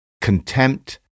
contempt